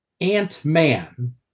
Ant-Man